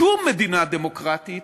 שום מדינה דמוקרטית